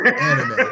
anime